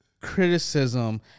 criticism